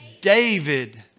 David